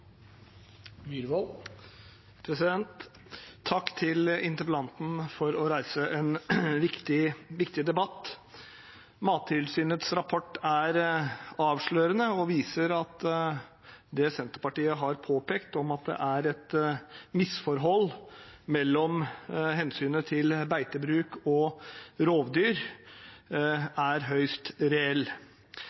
avslørende og viser at det Senterpartiet har påpekt, at det er et misforhold mellom hensynet til beitebruk og hensynet til rovdyr, er høyst